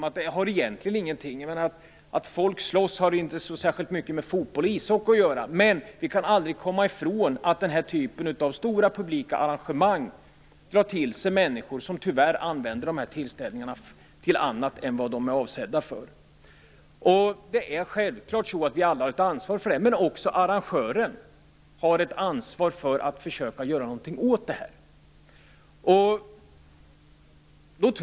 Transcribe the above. Att folk slåss har inte så särskilt mycket med fotboll och ishockey att göra, men vi kan aldrig komma ifrån att den här typen av stora publikarrangemang drar till sig människor som tyvärr använder dessa tillställningar för annat än vad de är avsedda för. Vi har alla ett ansvar för detta, men det har också arrangören. Han har ett ansvar för att försöka att göra någonting åt det här.